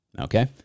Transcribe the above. okay